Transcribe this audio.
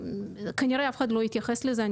כנראה שאף אחד לא התייחס לזה,